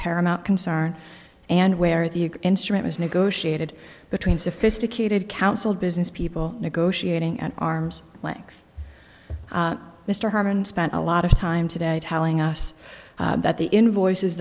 paramount concern and where the instrument was negotiated between sophisticated council business people negotiating at arm's length mr harmon spent a lot of time today telling us that the invoices